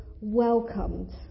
welcomed